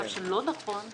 זה מצב שהוא לא נכון עכשיו.